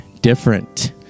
different